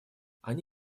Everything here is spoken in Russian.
они